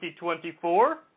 2024